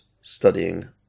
studying